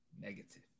Negative